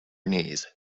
knees